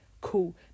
cool